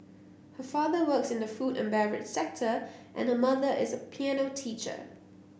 her father works in the food and beverage sector and her mother is a piano teacher